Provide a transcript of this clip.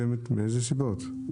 מאיזה סיבות?